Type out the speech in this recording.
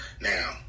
Now